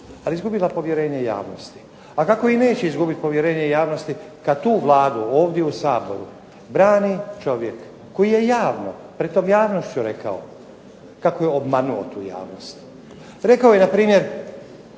ali je izgubila povjerenje javnosti. A kako i neće izgubiti povjerenje javnosti kad tu Vladu ovdje u Saboru brani čovjek koji je javno pred tom javnošću rekao kako je obmanuo tu javnost. Rekao je npr.,